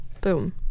Boom